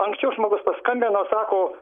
anksčiau žmogus paskambino sako